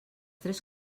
tres